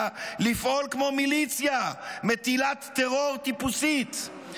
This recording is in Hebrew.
לפעול כמו מיליציה מטילת טרור טיפוסית?